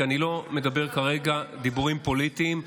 כי אני לא מדבר כרגע דיבורים פוליטיים,